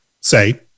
say